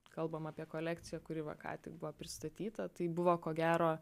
kalbam apie kolekciją kuri va ką tik buvo pristatyta tai buvo ko gero